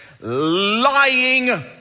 lying